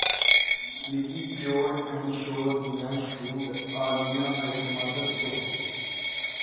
मिगी pure and sure दियां छूट आह्लियां आइटमां दस्सो